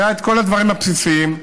היו כל הדברים הבסיסיים.